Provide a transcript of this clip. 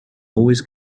always